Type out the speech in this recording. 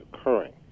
occurring